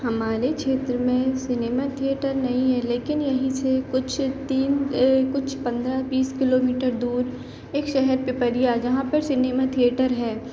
हमारे क्षेत्र में सिनेमा थिएटर नहीं है लेकिन यहीं से कुछ तीन कुछ पंद्रह बीस किलोमीटर दूर एक शहर पिपरिया जहाँ पर सिनेमा थिएटर है